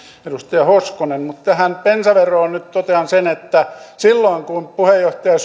edustaja hoskonen mutta tähän bensaveroon nyt totean sen että silloin kun puheenjohtaja